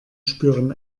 spüren